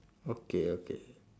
okay okay